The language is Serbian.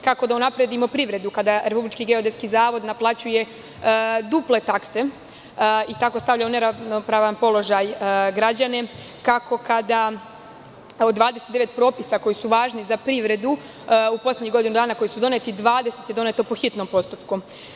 Kako da unapredimo privredu, kada Republički geodetski zavod naplaćuje duple takse i tako stavlja u neravnopravan položaj građane, kako kada od 29 propisa koji su važni za privredu u poslednjih godinu dana, dvadeset je doneto po hitnom postupku.